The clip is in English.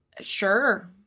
Sure